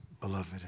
beloved